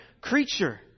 creature